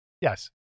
yes